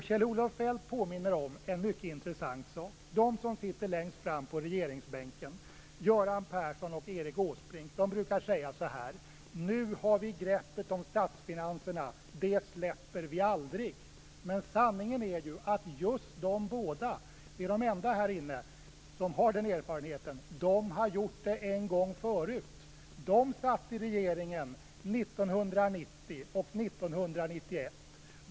Kjell-Olof Feldt påminner om en mycket intressant sak. De som sitter längst fram på regeringsbänken, Göran Persson och Erik Åsbrink, brukar säga: Nu har vi greppet om statsfinanserna. Det släpper vi aldrig. Men sanningen är ju att just de båda - och det är de enda här inne som har den erfarenheten - har gjort det en gång förut. De satt i regeringen 1990 och 1991.